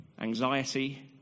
anxiety